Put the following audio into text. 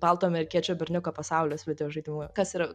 balto amerikiečio berniuko pasaulis videožaidimų kas yra